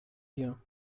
you